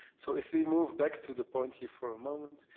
so, if we move back to the point, here, for a moment,